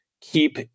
keep